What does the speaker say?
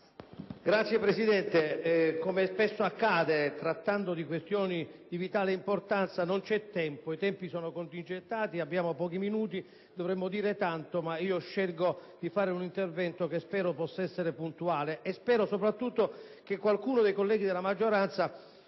Signora Presidente, come spesso accade trattando di questioni di vitale importanza, non c'è tempo; i tempi sono contingentati, abbiamo pochi minuti. Dovremmo dire tanto, ma io scelgo di fare un intervento che spero possa essere puntuale, e spero soprattutto che qualcuno dei colleghi della maggioranza,